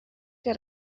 que